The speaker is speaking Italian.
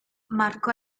marco